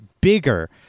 bigger